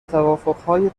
توافقهای